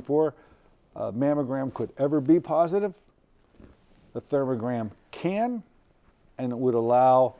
before the mammogram could ever be positive the third or gram can and it would allow